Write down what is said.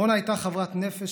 רונה הייתה חברת נפש,